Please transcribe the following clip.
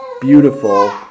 beautiful